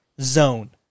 zone